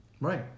Right